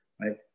right